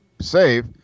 save